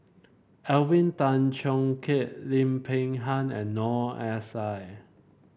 Alvin Tan Cheong Kheng Lim Peng Han and Noor S I